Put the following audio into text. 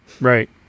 Right